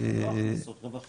לא הכנסות, רווחים.